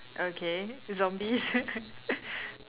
okay zombies